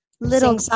little